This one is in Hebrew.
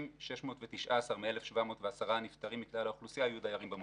619 מ-1,710 הנפטרים מכלל האוכלוסייה היו דיירים במוסדות.